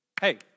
Hey